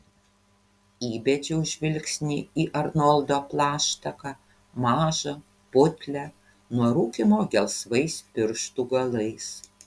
įbedžiau žvilgsnį į arnoldo plaštaką mažą putlią nuo rūkymo gelsvais pirštų galais